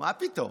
לא, מה פתאום.